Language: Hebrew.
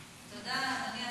נתקבלה.